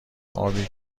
آبی